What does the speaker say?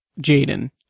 Jaden